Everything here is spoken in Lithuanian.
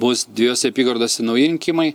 bus dviejose apygardose nauji rinkimai